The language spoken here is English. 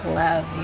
love